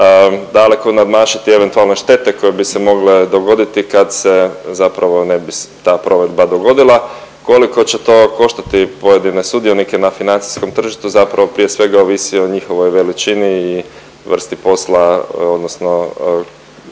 daleko nadmašiti eventualne štete koje bi se mogle dogoditi kad se zapravo ne bi ta provedba dogodila. Koliko će to koštati pojedine sudionike na financijskom tržištu zapravo prije svega ovisi o njihovoj veličini i vrsti posla odnosno